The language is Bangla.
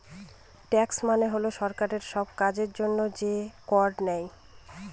ট্যাক্স মানে হল সরকার সব কাজের জন্য যে কর নেয়